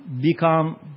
become